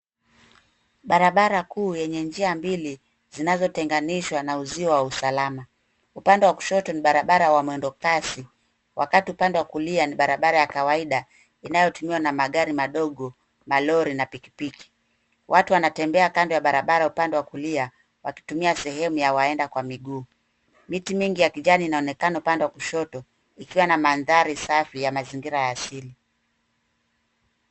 Barabara kuu yenye njia mbili zinazotenganishwa kwa uzio wa usalama, upande wa kushoto ni barabara ya mwendo kasi wakati wa upande wa kulia ni barabara ya kawaida inayotumiwa namagari madogo, malori na pikipiki. Watu wanatembea kando ya barabara upande wa kulia wakitumia sehemu ya waenda kwa miguu. Miti mingi ya kijani inaonekana upande wakushoto ikiwa namadhari safi ya mazingira ya asili.